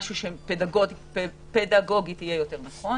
משהו שפדגוגית יהיה יותר נכון,